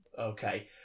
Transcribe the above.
okay